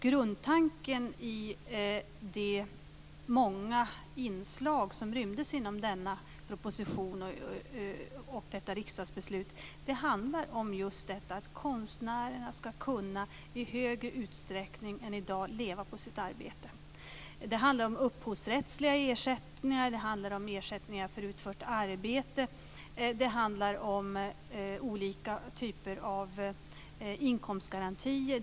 Grundtanken i de många inslag som rymdes inom denna proposition och detta riksdagsbeslut handlar just om att konstnärerna i högre utsträckning än i dag ska kunna leva på sitt arbete. Det handlar om upphovsrättsliga ersättningar, om ersättningar för utfört arbete och om olika typer av inkomstgarantier.